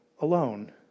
alone